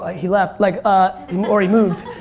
he left like ah um or he moved,